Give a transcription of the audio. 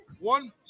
One